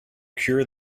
cure